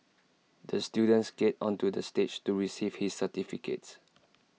the student skated onto the stage to receive his certificate